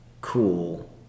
cool